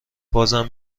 بازم